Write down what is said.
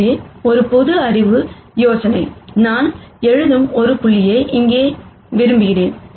எனவே ஒரு பொது அறிவு யோசனை நான் எழுதும் ஒரு புள்ளியை இங்கே விரும்புகிறேன்